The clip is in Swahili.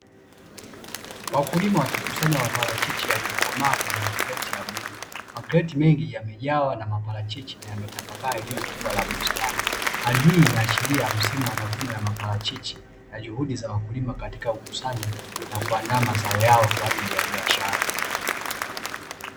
Wakulima wakikusanya maparachichi yaliyokomaa kwenye makreti ya bluu. Makreti mengi yamejawa na maparachichi na yametapakaa eneo kubwa la bustani. Hali hii inaashiria msimu wa mavuno ya maparachichi na juhudi za wakulima katika kukusanya na kuandaa mazao yao kwaajili ya biashara.